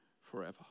forever